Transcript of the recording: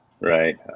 right